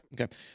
okay